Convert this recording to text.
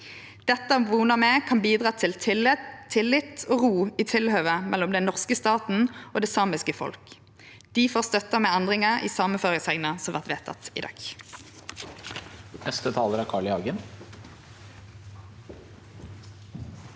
Dette vonar vi kan bidra til tillit og ro i tilhøvet mellom den norske staten og det samiske folk. Difor støttar vi endringa i sameføresegna som vert vedteken i dag.